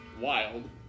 wild